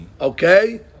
Okay